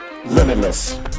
Limitless